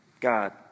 God